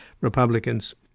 Republicans